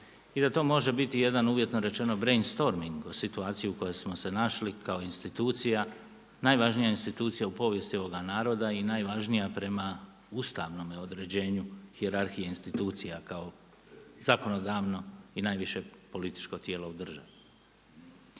i da to može biti jedan uvjetno rečeno brainstorming o situaciji u kojoj smo se našli kao institucija, najvažnija institucija u povijesti ovoga naroda i najvažnija prema ustavnome određenju hijerarhije institucija kao zakonodavno i najviše političko tijelo u državi.